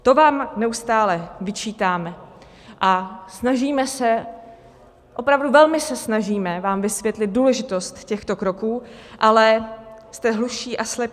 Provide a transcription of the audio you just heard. To vám neustále vyčítáme a snažíme se, opravdu velmi se snažíme vám vysvětlit důležitost těchto kroků, ale jste hluší a slepí.